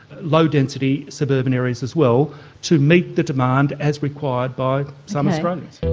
low density suburban areas as well to meet the demand as required by some australians.